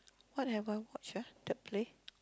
what have I watch ah the play